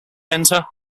center